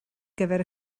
gyfer